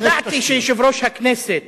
ידעתי שיושב-ראש הכנסת